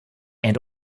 and